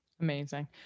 Amazing